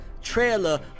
trailer